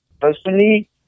personally